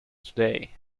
today